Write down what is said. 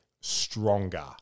stronger